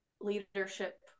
leadership